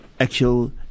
actual